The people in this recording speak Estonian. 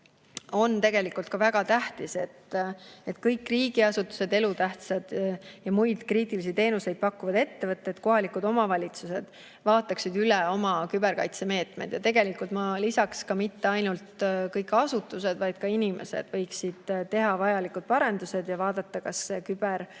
on tegelikult väga oluline, et kõik riigiasutused, elutähtsaid ja muid kriitilise tähtsusega teenuseid pakkuvad ettevõtted, kohalikud omavalitsused vaataksid üle oma küberkaitsemeetmed. Ma lisaks ka, et mitte ainult kõik asutused, vaid ka inimesed võiksid teha vajalikud parandused ja vaadata, kas küberkaitse endal